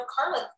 Carla